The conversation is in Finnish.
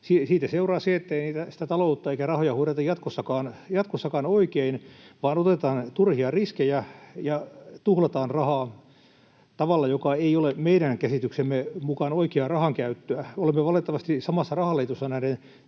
Siitä seuraa se, ettei sitä taloutta eikä rahoja hoideta jatkossakaan oikein vaan otetaan turhia riskejä ja tuhlataan rahaa tavalla, joka ei ole meidän käsityksemme mukaan oikeaa rahankäyttöä. Olemme valitettavasti samassa rahaliitossa tällaisten